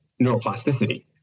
neuroplasticity